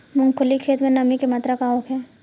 मूँगफली के खेत में नमी के मात्रा का होखे?